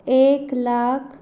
एक लाख